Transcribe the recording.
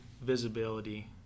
visibility